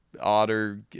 otter